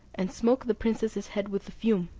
and smoke the princess's head with the fume,